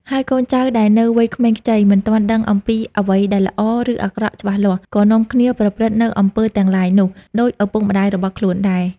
ហើយកូនចៅដែលនៅវ័យក្មេងខ្ចី មិនទាន់ដឹងអំពីអ្វីដែលល្អ ឬអាក្រក់ច្បាស់លាស់ ក៏នាំគ្នាប្រព្រឹត្តនូវ អំពើទាំងឡាយនោះ ដូចឪពុកម្តាយរបស់ខ្លួនដែរ។